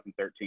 2013